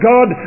God